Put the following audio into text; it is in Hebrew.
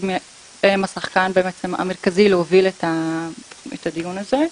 שבאמת הם השחקן המרכזי להוביל את הדיון הזה,